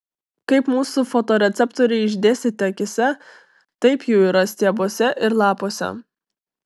kaip mūsų fotoreceptoriai išdėstyti akyse taip jų yra stiebuose ir lapuose